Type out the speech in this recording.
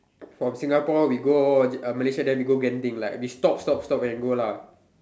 from Singapore we go uh Malaysia then we go Genting like we stop stop stop and then go lah